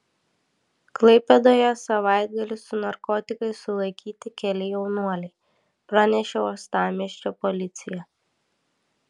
klaipėdoje savaitgalį su narkotikais sulaikyti keli jaunuoliai pranešė uostamiesčio policija